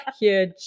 Huge